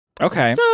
Okay